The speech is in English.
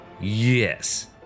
Yes